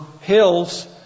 hills